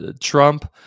Trump